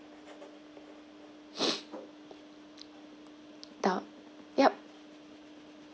yup